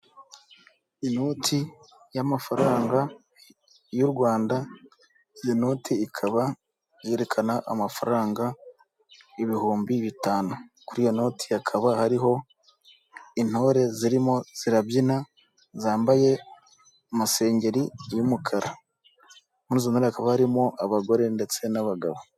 Inoti y'amafaranga y'u Rwanda, iyo noti ikaba yerekana amafaranga ibihumbi bitanu, kuri iyo noti hakaba hariho intore zirimo zirabyina zambaye amasengeri y'umukara, muri izo ntore hakaba harimo abagore ndetse n'abagabo.